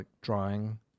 drawing